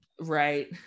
Right